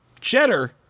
Cheddar